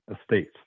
estates